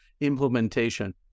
implementation